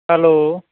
hello